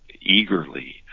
eagerly